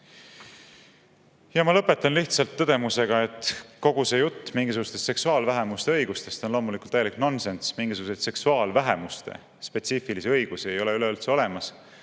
vale. Ma lõpetan lihtsalt tõdemusega, et kogu see jutt mingisugustest seksuaalvähemuste õigustest on loomulikult täielik nonsenss. Mingisuguseid seksuaalvähemuste spetsiifilisi õigusi ei ole üleüldse olemas.